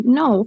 no